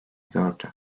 gördü